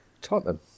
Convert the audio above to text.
Tottenham